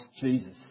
Jesus